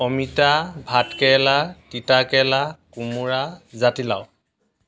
অমিতা ভাতকেৰেলা তিতাকেৰেলা কোমোৰা জাতিলাও